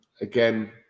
again